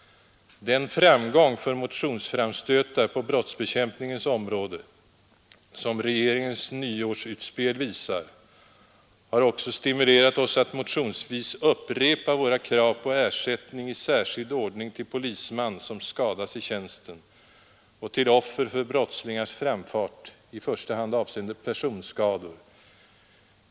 Den framgång för motionsframstötar på brottsbekämpningens område, som regeringens nyårsutspel tyder på, har också stimulerat oss att motionsvis upprepa våra krav på ersättning i särskild ordning till polisman som skadas i tjänsten och till offer för brottslingars framfart, i första hand avseende personskador.